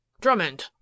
Drummond—